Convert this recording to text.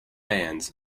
bands